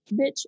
bitch